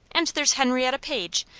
and there's henrietta page!